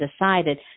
decided